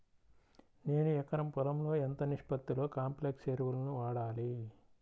నేను ఎకరం పొలంలో ఎంత నిష్పత్తిలో కాంప్లెక్స్ ఎరువులను వాడాలి?